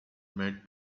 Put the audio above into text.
made